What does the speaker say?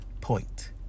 point